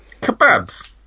Kebabs